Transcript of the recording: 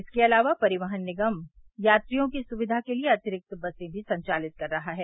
इसके अलावा परिवहन निगम यात्रियों की सुक्विया के लिए अतिरिक्त बसें भी संचालित कर रहा है